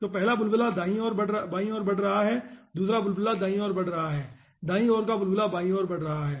तो पहला बुलबुला बाईं ओर बढ़ रहा है दूसरा बुलबुला दाईं ओर बढ़ रहा है और दाईं ओर का बुलबुला बाईं ओर ओर बढ़ रहा है